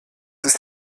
ist